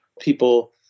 people